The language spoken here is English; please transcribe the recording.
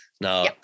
Now